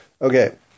Okay